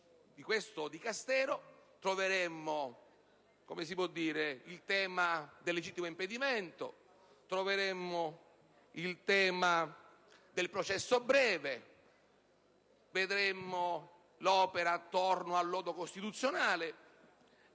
di questo Dicastero, troveremmo il tema del legittimo impedimento, il tema del processo breve, vedremmo l'opera attorno al lodo costituzionale e,